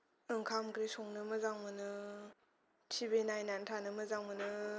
ओंखाम ओंख्रि संनो मोजां मोनो टिभि नायनानै थानो मोजां मोनो